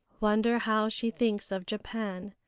wonder how she thinks of japan.